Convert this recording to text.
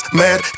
mad